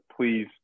please